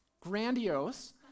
grandiose